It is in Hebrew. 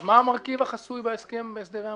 אז מה המרכיב החסוי בהסכם בהסדרי המס?